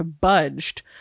budged